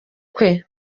kwe